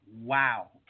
Wow